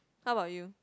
how about you